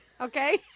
okay